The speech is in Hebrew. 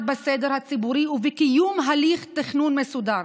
בסדר הציבורי ובקיום הליך תכנון מסודר.